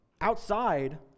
outside